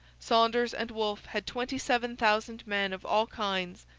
saunders and wolfe had twenty seven thousand men of all kinds,